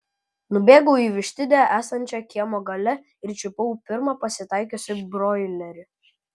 nubėgau į vištidę esančią kiemo gale ir čiupau pirmą pasitaikiusį broilerį